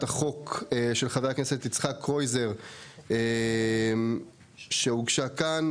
החוק של חבר הכנסת יצחק קרויזר שהוגשה כאן.